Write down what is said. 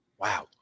Wow